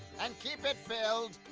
and keep it filled!